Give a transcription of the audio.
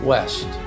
West